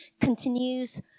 continues